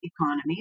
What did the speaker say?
economies